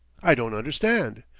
i don't understand.